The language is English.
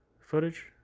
footage